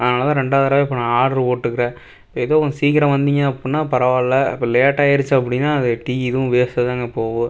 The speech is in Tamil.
அதனால் தான் ரெண்டாவது தடவ இப்போ நான் ஆர்ட்ரு போட்டுருக்கேன் இப்போ எதோ கொஞ்சம் சீக்கிரம் வந்தீங்க அப்படின்னா பரவாயில்ல இப்போ லேட்டாயிருச்சு அப்படின்னா அது டீ இதுவும் வேஸ்ட்டாகதாங்க போகும்